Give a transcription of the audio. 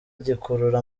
gikurura